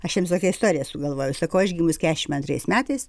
aš jiems tokią istoriją sugalvojau sakau aš gimus keturiasdešimt antrais metais